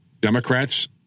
Democrats